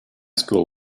school